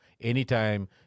Anytime